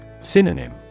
Synonym